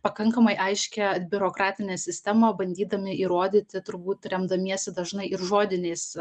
pakankamai aiškią biurokratinę sistemą bandydami įrodyti turbūt remdamiesi dažnai ir žodiniais